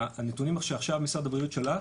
בנתונים שעכשיו משרד הבריאות שלח,